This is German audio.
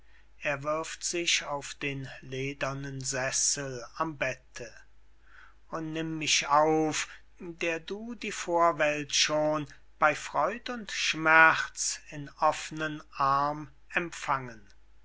er wirft sich auf den ledernen sessel am bette o nimm mich auf der du die vorwelt schon bey freud und schmerz in offnen arm empfangen